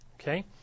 Okay